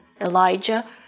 Elijah